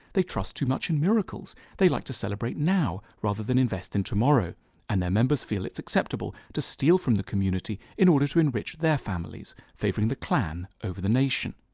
they trust too much in miracles. they like to celebrate now rather than invest in tomorrow and their members feel it's acceptable to steal from the community in order to enrich their families favoring the clan over the nation.